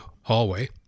hallway